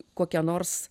kokia nors